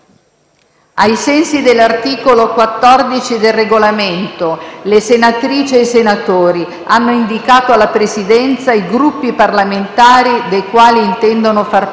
Ai sensi dell’articolo 14 del Regolamento, le senatrici e i senatori hanno indicato alla Presidenza i Gruppi parlamentari dei quali intendono far parte.